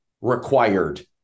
required